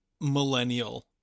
millennial